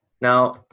Now